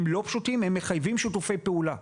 הם לא פשוטים והם מחייבים שיתופי פעולה.